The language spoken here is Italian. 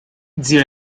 zio